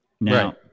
Now